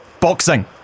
Boxing